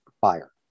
buyer